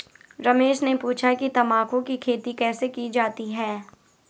रमेश ने पूछा कि तंबाकू की खेती कैसे की जाती है?